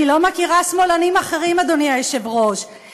אני לא מכירה שמאלנים אחרים, אדוני היושב-ראש.